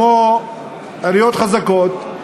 כמו עיריות חזקות,